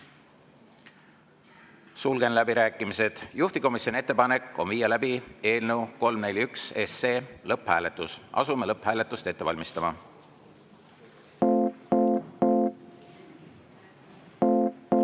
Sulgen läbirääkimised. Juhtivkomisjoni ettepanek on viia läbi eelnõu 341 lõpphääletus. Asume lõpphääletust ette valmistama. Head